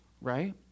Right